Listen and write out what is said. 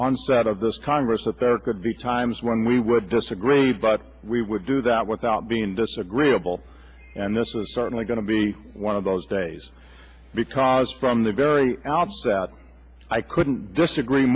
onset of this congress that there could be times when we would disagree but we would do that without being disagreeable and this is certainly going to be one of those days because from the very outset i couldn't disagree